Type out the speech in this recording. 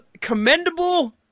commendable